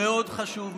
מאוד חשוב.